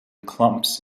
clumps